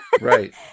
Right